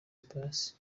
pius